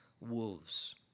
wolves